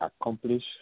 accomplish